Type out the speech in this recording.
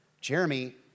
Jeremy